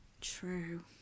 True